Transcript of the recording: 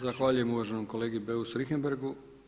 Zahvaljujem uvaženom kolegi Beus-Richemberghu.